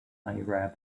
arab